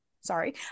sorry